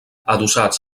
adossats